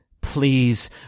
please